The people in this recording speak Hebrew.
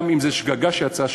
גם אם זה שגגה שיצאה,